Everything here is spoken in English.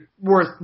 worth